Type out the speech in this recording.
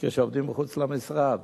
כשעובדים מחוץ למשרד.